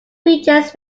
features